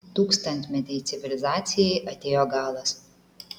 tūkstantmetei civilizacijai atėjo galas